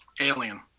Alien